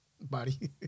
body